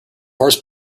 horse